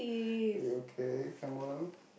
okay come on